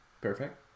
Perfect